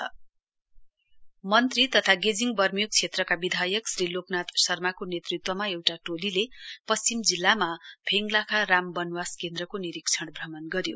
लोकनाथ शर्मा इनपेक्सन मन्त्री तथा गेजिङ बर्मियोक क्षेत्रका विधायक श्री लोकनाथ शर्माको नेतृत्वमा एउटा टोलीले पश्चिम जिल्लामा फेङलाखा राम वनवास केन्द्रको निरीक्षण भ्रमण गर्यो